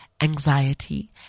anxiety